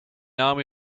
army